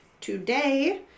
Today